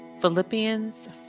philippians